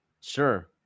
Sure